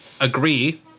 agree